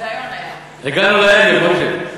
הגענו לעגל, משה.